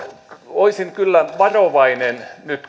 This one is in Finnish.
olisin kyllä nyt varovainen